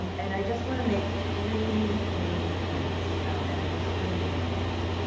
um and i just want to make three main points and address three main points.